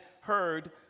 heard